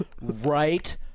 right